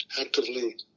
actively